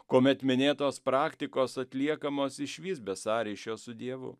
kuomet minėtos praktikos atliekamos išvis be sąryšio su dievu